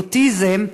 לאוטיזם,